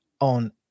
on